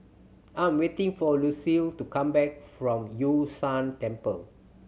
I am waiting for Lucile to come back from Yun Shan Temple